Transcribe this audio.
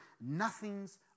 nothings